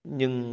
nhưng